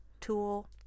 tool